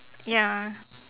ya